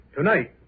Tonight